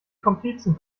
komplizen